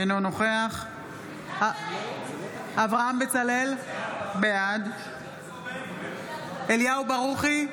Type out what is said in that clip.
אינו נוכח אברהם בצלאל, בעד אליהו ברוכי,